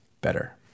better